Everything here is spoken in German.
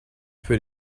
für